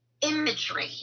imagery